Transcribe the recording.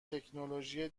تکنولوژی